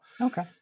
okay